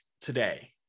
today